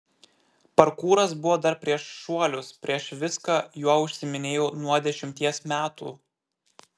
parkūras buvo dar prieš šuolius prieš viską juo užsiiminėjau nuo dešimties metų